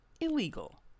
illegal